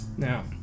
Now